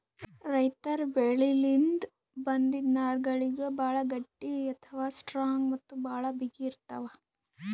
ರೈತರ್ ಬೆಳಿಲಿನ್ದ್ ಬಂದಿಂದ್ ನಾರ್ಗಳಿಗ್ ಭಾಳ್ ಗಟ್ಟಿ ಅಥವಾ ಸ್ಟ್ರಾಂಗ್ ಮತ್ತ್ ಭಾಳ್ ಬಿಗಿತ್ ಇರ್ತವ್